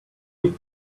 you